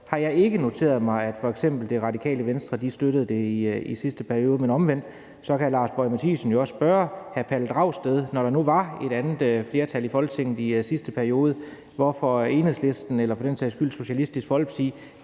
har jeg ikke noteret, at f.eks. Radikale Venstre støttede det i sidste periode, men omvendt kan Lars Boje Mathiesen jo også spørge hr. Pelle Dragsted, når der nu var et andet flertal i Folketinget i sidste periode, hvorfor Enhedslisten eller for den sags skyld Socialistisk Folkeparti